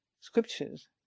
scriptures